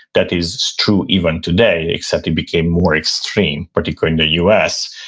that is true even today, except it became more extreme, particularly in the u s.